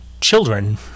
children